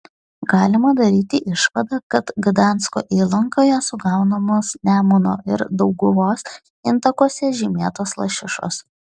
galima daryti išvadą kad gdansko įlankoje sugaunamos nemuno ir dauguvos intakuose žymėtos lašišos